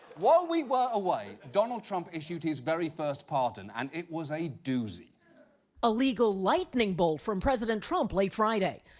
while we were away donald trump issued his very first pardon and it was a doozy. reporter a legal lightning bolt from president trump late friday.